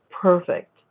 perfect